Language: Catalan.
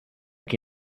qui